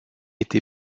été